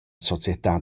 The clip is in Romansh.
società